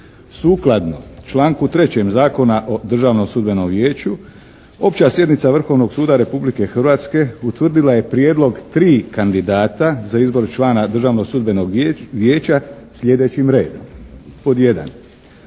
Sukladno članku 3. Zakona o Državnom sudbenom vijeću opća sjednica Vrhovnog suda Republike Hrvatske utvrdila je prijedlog tri kandidata za izbor člana Državnog sudbenog vijeća sljedećim redom: 1.